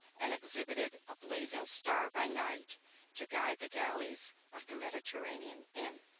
and exhibited a blazing star by night to guide the galleys of the mediterranean in.